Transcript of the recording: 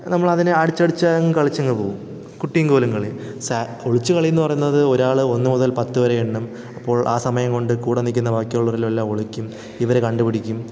നമ്മളതിനെ അടിച്ചടിച്ച് അങ്ങ് കളിച്ചങ്ങ് പോവും കുട്ടിയും കോലും കളി ഒളിച്ചു കളിയെന്ന് പറയുന്നത് ഒരാൾ ഒന്ന് മുതൽ പത്തു വരെ എണ്ണും അപ്പോൾ ആ സമയം കൊണ്ട് കൂടെ നിൽക്കുന്ന ബാക്കിയുള്ളവരെല്ലാം എല്ലാം ഒളിക്കും ഇവർ കണ്ടുപിടിക്കും